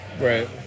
Right